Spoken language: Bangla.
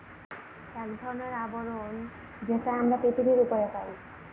এক ধরনের আবরণ যেটা আমরা পৃথিবীর উপরে পাই